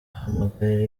ahamagarira